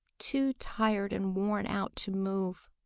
too tired and worn out to move.